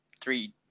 three